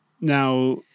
now